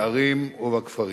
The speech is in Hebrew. בערים ובכפרים.